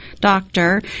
doctor